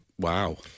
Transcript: Wow